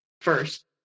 first